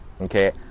Okay